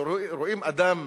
כשרואים אדם